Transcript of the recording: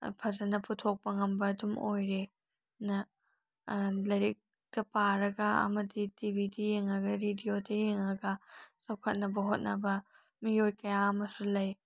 ꯐꯖꯅ ꯄꯨꯊꯣꯛꯄ ꯉꯝꯕ ꯑꯗꯨꯝ ꯑꯣꯏꯔꯦ ꯂꯥꯏꯔꯤꯛꯀ ꯄꯥꯔꯒ ꯑꯃꯗꯤ ꯇꯤꯚꯤꯗ ꯌꯦꯡꯉꯒ ꯔꯦꯗꯤꯑꯣꯗ ꯌꯦꯡꯉꯒ ꯆꯥꯎꯈꯠꯅꯕ ꯍꯣꯠꯅꯕ ꯃꯤꯑꯣꯏ ꯀꯌꯥ ꯑꯃꯁꯨ ꯂꯩ